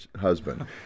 husband